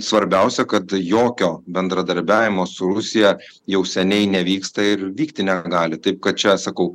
svarbiausia kad jokio bendradarbiavimo su rusija jau seniai nevyksta ir vykti negali taip kad čia sakau